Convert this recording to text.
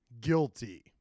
guilty